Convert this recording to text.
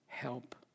help